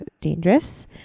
dangerous